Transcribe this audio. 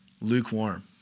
lukewarm